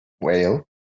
whale